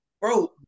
bro